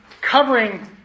covering